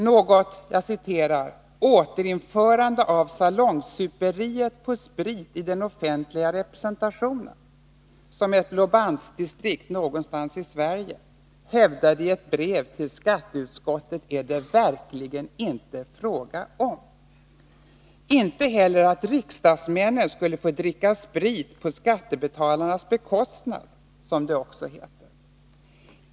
Något ”återinförande av salongssuperiet på sprit i den offentliga representationen”, som ett Blåbandsdistrikt någonstans i Sverige hävdade i ett brev till skatteutskottet, är det verkligen inte fråga om — inte heller att riksdagsmännen skulle få dricka sprit på skattebetalarnas bekostnad, som det också heter.